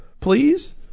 Please